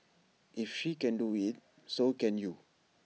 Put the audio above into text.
if she can do IT so can you